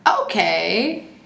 Okay